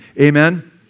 Amen